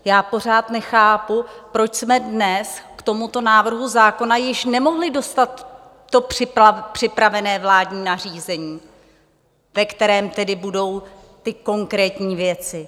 Já pořád nechápu, proč jsme dnes k tomuto návrhu zákona již nemohli dostat to připravené vládní nařízení, ve kterém tedy budou ty konkrétní věci.